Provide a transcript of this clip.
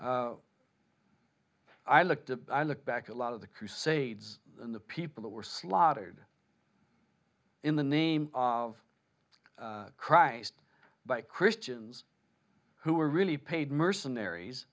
i look to i look back a lot of the crusades the people that were slaughtered in the name of christ by christians who are really paid mercenaries